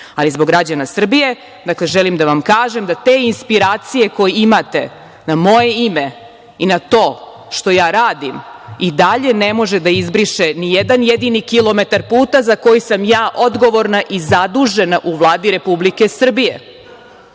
zbog građana Srbije, želim da vam kažem da te inspiracije koje imate na moje ime i na to što ja radim, i dalje ne može da izbriše nijedan jedini kilometar puta za koji sam ja odgovorna i zadužena u Vladi Republike Srbije.